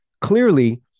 clearly-